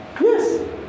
Yes